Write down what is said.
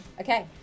Okay